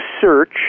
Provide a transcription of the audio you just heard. search